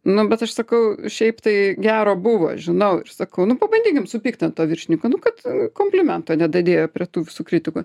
nu bet aš sakau šiaip tai gero buvo žinau ir sakau nu pabandykim supykti ant to viršininko nu kad komplimento nedadėjo prie tų visų kritikų